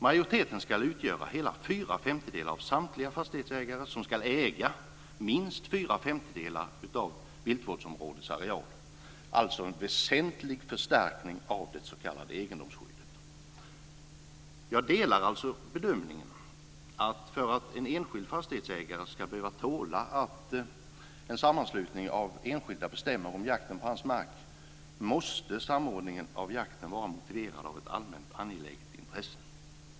Majoriteten ska utgöra hela fyra femtedelar av samtliga fastighetsägare som ska äga minst fyra femtedelar av viltvårdsområdets areal - alltså en väsentlig förstärkning av det s.k. egendomsskyddet. Jag delar således bedömningen att för att en enskild fastighetsägare ska behöva tåla att en sammanslutning av enskilda bestämmer om jakten på hans mark måste samordningen av jakten vara motiverad av ett allmänt angeläget intresse.